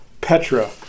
Petra